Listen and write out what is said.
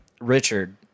Richard